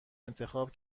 انتخاب